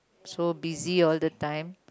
so busy all the time